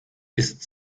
ist